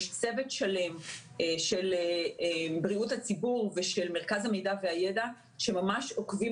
יש צוות שלם של בריאות הציבור ושל מרכז המידע והידע שממש עוקבים